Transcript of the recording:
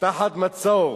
תחת מצור.